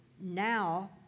now